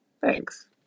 thanks